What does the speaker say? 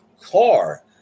car